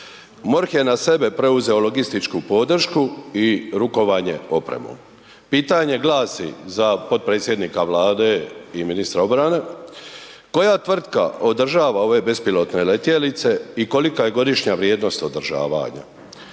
MORH je na sebe preuzeo logističku podršku i rukovanje opremom. Pitanje glasi za potpredsjednika Vlade i ministra obrane, koja tvrtka održava ove bespilotne letjelice i kolika je godišnja vrijednost održavanja?